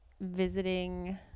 Visiting